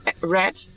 Red